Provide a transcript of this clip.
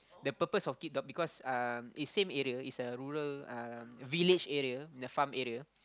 the purpose of keep dog because um it's same area it's a rural uh village area in the farm area